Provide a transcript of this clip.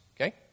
okay